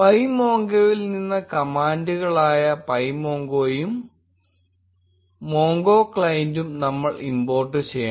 pymongoയിൽ നിന്ന് കമാൻഡുകളായ pymongoയും MongoClient ഉം നമ്മൾ ഇമ്പോർട്ട് ചെയ്യണം